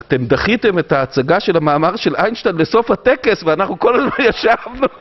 אתם דחיתם את ההצגה של המאמר של איינשטיין לסוף הטקס ואנחנו כל הזמן ישבנו.